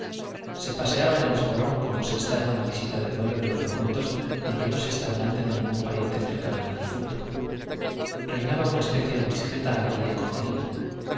se paseaba en el espolón como se está en una visita de duelo en los momentos en que no está delante ningún pariente cercano del difunto reinaba una especie de discreta alegría contenida